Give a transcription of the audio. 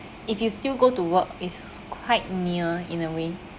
if you still go to work is quite near in a way